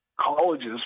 colleges